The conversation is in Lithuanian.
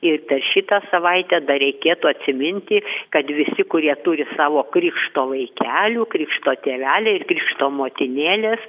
ir per šitą savaitę dar reikėtų atsiminti kad visi kurie turi savo krikšto vaikelių krikšto tėveliai ir krikšto motinėlės